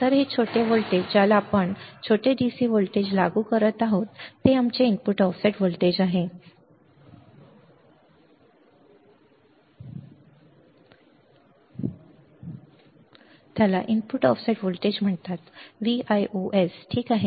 तर हे छोटे व्होल्टेज ज्याला आपण हे छोटे DC व्होल्टेज लागू करत आहोत ते आमचे इनपुट ऑफसेट व्होल्टेज आहे त्याला इनपुट ऑफसेट व्होल्टेज म्हणतात Vios Vios ठीक आहे